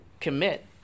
commit